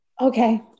Okay